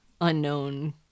unknown